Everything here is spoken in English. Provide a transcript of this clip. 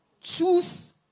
Choose